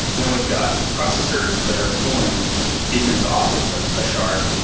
then we've got processors that are pulling beacons off of a shard.